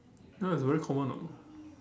ya it's very common now